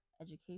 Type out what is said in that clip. education